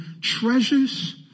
treasures